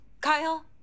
Kyle